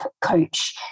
coach